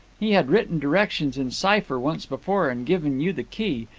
he had written directions in cipher once before and given you the key,